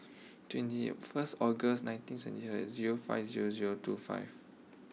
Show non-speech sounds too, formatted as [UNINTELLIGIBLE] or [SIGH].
twenty first August nineteen [UNINTELLIGIBLE] zero five zero zero two five